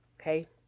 okay